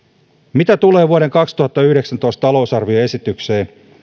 mitä tulee vuoden kaksituhattayhdeksäntoista talousarvioesitykseen